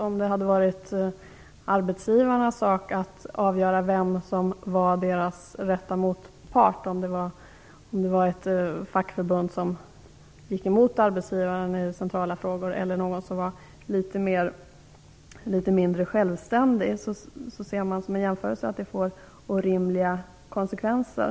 Om det hade varit arbetsgivarnas sak att avgöra vilka som skulle vara deras rätta motparter, fackförbund som går emot arbetsgivarna i centrala frågor eller sådana som är litet mindre självständiga, skulle det få orimliga konsekvenser.